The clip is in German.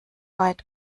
weit